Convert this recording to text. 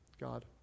God